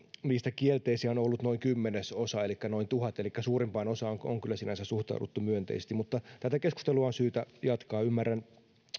niistä kielteisiä on ollut noin kymmenesosa elikkä noin tuhat elikkä suurimpaan osaan on kyllä sinänsä suhtauduttu myönteisesti mutta tätä keskustelua on syytä jatkaa ymmärrän